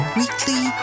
weekly